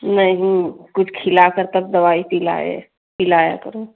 नहीं कुछ खिला कर तब दवाई पिलाए पिलाया करो